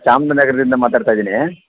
ಚಾಮ್ರಾಜ ನಗರದಿಂದ ಮಾತಾಡ್ತಾ ಇದ್ದೀನಿ